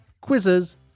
quizzes